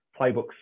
playbooks